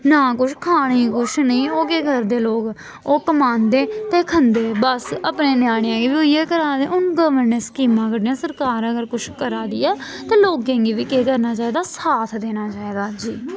ना कुछ खने कुछ नेईं ओह् केह् करदे लोक ओह् कमांदे ते खंदे बस अपने ञ्यानें गी बी उ'यै करा दे हून गवरनमैंट ने स्कीमां कड्ढी दियां सरकार अगर कुछ करा दी ऐ ते लोकें गी बी केह् करना चाहिदा साथ देना चाहिदा जी